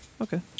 Okay